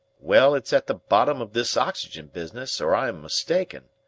well, it's at the bottom of this oxygen business, or i am mistaken,